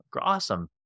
awesome